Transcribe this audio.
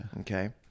Okay